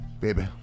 Baby